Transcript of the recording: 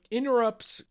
interrupts